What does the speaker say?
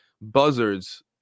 buzzards